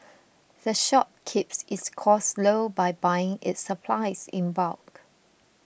the shop keeps its costs low by buying its supplies in bulk